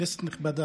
כנסת נכבדה,